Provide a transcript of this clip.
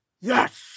Yes